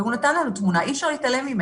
הוא נתן לנו תמונה, ואי-אפשר להתעלם ממנה.